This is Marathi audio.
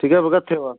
ठीक आहे बघा ठेवा